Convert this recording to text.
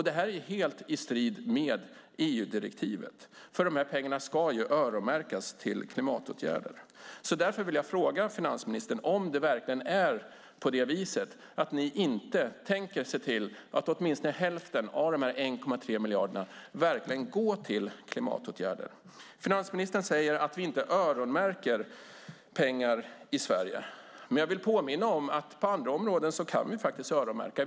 Det är helt i strid med EU-direktivet, för de här pengarna ska ju öronmärkas till klimatåtgärder. Därför vill jag fråga finansministern om det verkligen är på det viset att ni inte tänker se till att åtminstone hälften av de 1,3 miljarderna går till klimatåtgärder. Finansministern säger att vi inte öronmärker pengar i Sverige. Men jag vill påminna om att vi på andra områden faktiskt kan öronmärka.